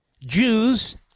Jews